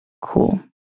Cool